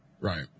Right